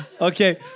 okay